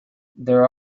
there